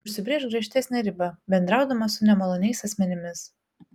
užsibrėžk griežtesnę ribą bendraudama su nemaloniais asmenimis